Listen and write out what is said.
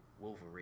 Wolverine